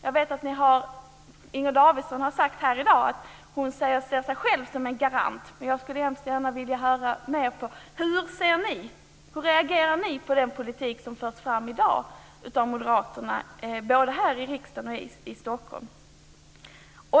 Inger Davidson har sagt här i dag att hon ser sig själv som en garant, men jag skulle hemskt gärna vilja höra: Hur reagerar ni på den politik som förs fram i dag av moderaterna både här i riksdagen och i Stockholm?